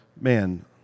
man